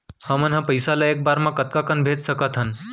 हमन ह पइसा ला एक बार मा कतका कन भेज सकथन?